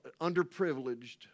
underprivileged